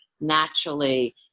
naturally